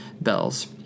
bells